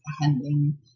handling